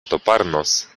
toparnos